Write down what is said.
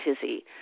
tizzy